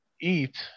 eat